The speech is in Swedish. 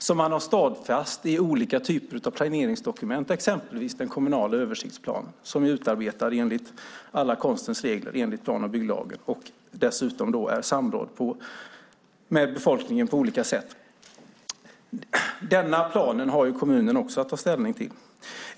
Detta finns stadfäst i olika typer av planeringsdokument, exempelvis i den kommunala översiktsplanen som är utarbetad enligt konstens alla regler, enligt plan och bygglagen, och som det dessutom på olika sätt samråtts om med befolkningen. Denna plan har kommunen också att ta ställning till.